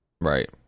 Right